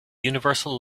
universal